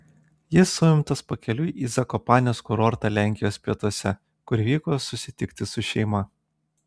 jis suimtas pakeliui į zakopanės kurortą lenkijos pietuose kur vyko susitikti su šeima